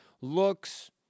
looks